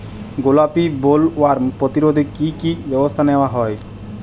গোলাপী বোলওয়ার্ম প্রতিরোধে কী কী ব্যবস্থা নেওয়া হয়?